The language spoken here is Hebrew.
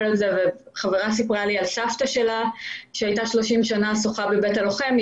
חבר ספרה לי על סבתא שלה ששחתה 30 שנים בבית הלוחם.